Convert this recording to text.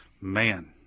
man